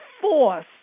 force